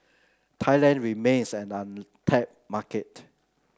Thailand remains an untapped market